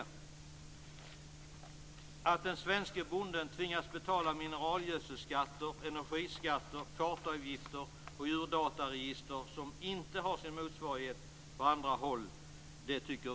Vi tycker att det är självklart att det leder till olönsamhet och konkurrenssnedvridning när den svenske bonden tvingas betala mineralgödselskatter, energiskatter och kartavgifter och för djurdataregister som inte har sin motsvarighet på andra håll.